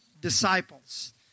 disciples